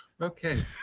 Okay